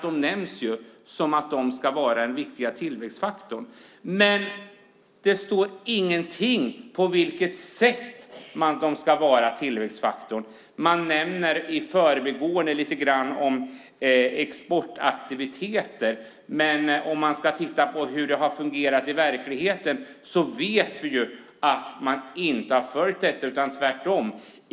De nämns som de som ska vara den viktiga tillväxtfaktorn, men det står inte något om på vilket sätt de ska vara det. I förbigående nämns lite grann om exportaktiviteter. Men sett till hur det fungerat i verkligheten vet vi att man inte följt detta - tvärtom!